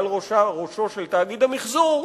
מעל ראשו של תאגיד המיחזור,